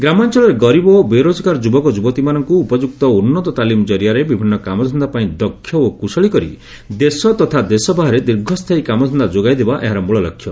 ଗ୍ରାମାଅଳରେ ଗରିବ ଓ ବେରୋଜଗାର ଯୁବକ ଯୁବତୀମାନଙ୍ଙ୍ ଉପଯୁକ୍ତ ଓ ଉନୁତ ତାଲିମ୍ କରିଆରେ ବିଭିନ୍ନ କାମଧନ୍ଦାପାଇଁ ଦକ୍ଷ ଓ କୁଶଳୀ କରି ଦେଶ ତତା ଦେଶ ବାହାରେ ଦୀର୍ଘସ୍ରାୟୀ କାମଧନ୍ଦା ଯୋଗାଇଦେବା ଏହାର ମୂଳଲକ୍ଷ୍ୟ